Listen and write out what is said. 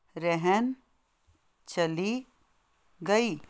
ਰਹਿਣ ਚਲੀ ਗਈ